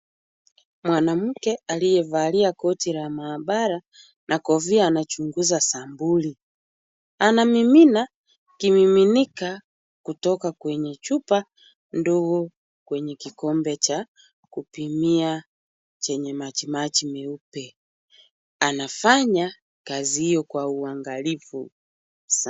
Mwanamke aliyevalia koti la maabara na kofia anachunguza sampuli. Anamimina kimiminika kutoka kwenye chupa ndogo kwenye kikombe cha kupimia chenye maji maji meupe. Anafanya kazi hiyo kwa uangalifu sana.